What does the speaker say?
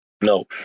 No